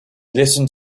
listened